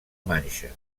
manxa